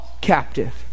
captive